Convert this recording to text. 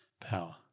power